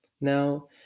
Now